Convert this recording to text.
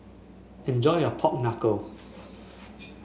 enjoy your Pork Knuckle